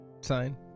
sign